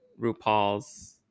RuPaul's